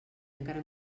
encara